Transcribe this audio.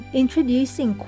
introducing